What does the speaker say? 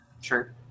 Sure